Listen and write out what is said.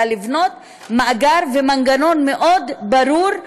אלא לבנות מאגר ומנגנון מאוד ברור,